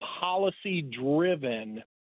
policy-driven